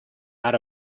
out